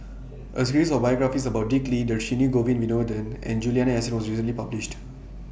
A series of biographies about Dick Lee Dhershini Govin Winodan and Juliana Yasin was recently published